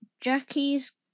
Jackie's